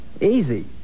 Easy